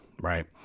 Right